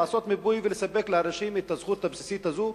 לעשות מיפוי ולספק לאנשים את הזכות הבסיסית הזאת,